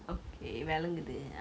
wait what was your question